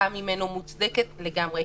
שהובעה מוצדקת לגמרי.